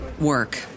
work